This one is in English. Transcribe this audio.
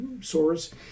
sores